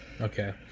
okay